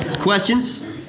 Questions